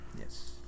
Yes